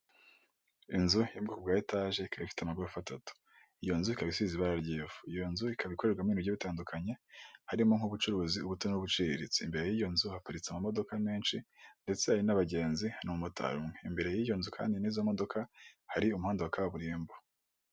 Inzu yo mu bwoko bwa etage ika ifite amagorofa atatu iyo nzu ikaba isize ibara ry'ivu, iyo nzu ikaba ikorerwamo ibikorwamo ibintu bigiye bitandukanye, harimo nk'ubucuruzi ubuto n'buciriritse, imbere y'iyo nzu haparitse amamodoka menshi ndetse hari n'abagenzi n'abamotari, imbere y'iyo nzu kandi n'izo modoka hari umuhanda wa kaburimbo.